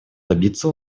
добиться